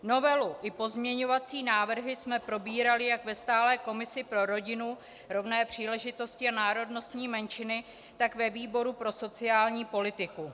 Novelu i pozměňovací návrhy jsme probírali jak ve stálé komisi pro rodinu, rovné příležitosti a národnostní menšiny, tak ve výboru pro sociální politiku.